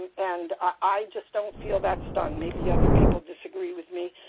and i just don't feel that's done, maybe other people disagree with me,